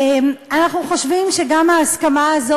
אנחנו חושבים שגם ההסכמה הזו,